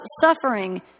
suffering